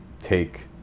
take